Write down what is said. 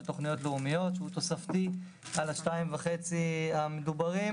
של תוכניות לאומיות שהוא תוספתי על ה-2.5 המדוברים.